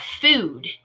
food